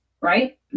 right